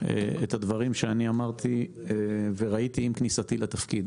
דומה מאוד לחזון שהצגתי עם כניסתי לתפקיד.